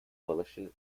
coalition